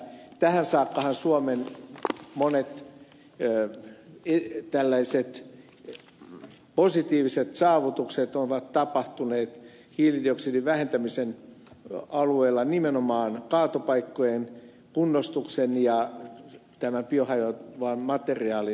tähän saakkahan suomen monet tällaiset positiiviset saavutukset ovat tapahtuneet hiilidioksidin vähentämisen alueella nimenomaan kaatopaikkojen kunnostuksen ja biohajoavan materiaalin vähentämisen välityksellä